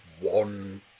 one